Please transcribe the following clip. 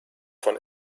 von